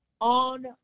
on